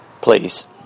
please